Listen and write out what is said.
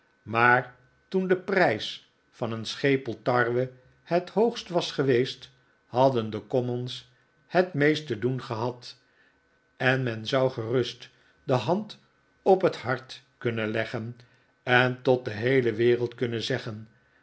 maar toen de prijs van een schepel tarwe het hoogst was geweest hadden de commons het meest te doen gehad en men zou gerust de hand op het hart kunnen leggen en tot de heele wereld kunnen zeggen